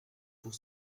pour